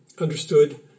understood